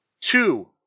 two